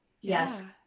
Yes